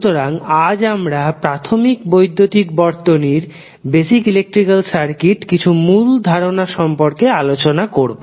সুতরাং আজ আমরা প্রথমিক বৈদ্যুতিক বর্তনীর কিছু মূল ধারনা সম্পর্কে আলোচনা করবো